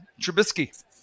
Trubisky